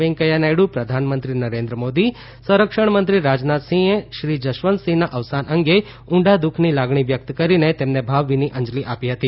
વૈંકેયા નાયડુ પ્રધાનમંત્રી નરેન્દ્ર મોદી સંરક્ષણ મંત્રી રાજનાથ સિંહે શ્રી જશવંતસિંહના અવસાન અંગે ઉંડા દુઃખની લાગણી વ્યક્ત કરીને તેમને ભાવભીની અંજલી આપી હતી